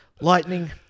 Lightning